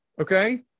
Okay